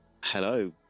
Hello